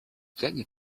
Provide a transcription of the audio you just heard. gagne